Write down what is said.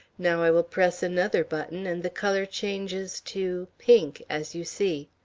now i will press another button, and the color changes to pink, as you see.